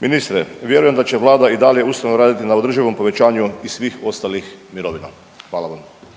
Ministre vjerujem da će Vlada i dalje ustrajno raditi na održivom povećanju i svih ostalih mirovina. Hvala vam.